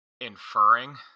inferring